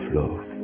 love